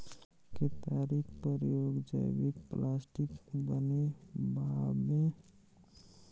केतारीक प्रयोग जैबिक प्लास्टिक बनेबामे सेहो कएल जाइत छै